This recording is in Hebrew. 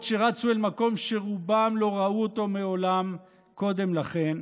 שרצו אל מקום שרובם לא ראו אותו מעולם קודם לכן,